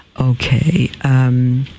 Okay